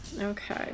Okay